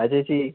ആ ചേച്ചി